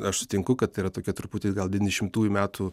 aš sutinku kad tai yra tokia truputį gal devyniasdešimtųjų metų